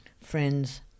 friends